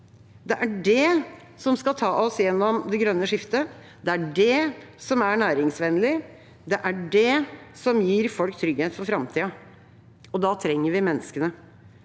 Det er det som skal ta oss gjennom det grønne skiftet. Det er det som er næringsvennlig. Det er det som gir folk trygghet for framtida, og da trenger vi menneskene.